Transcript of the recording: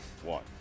One